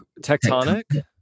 Tectonic